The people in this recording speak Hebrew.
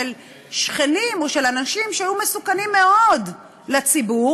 של שכנים או של אנשים שהיו מסוכנים מאוד לציבור,